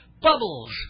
bubbles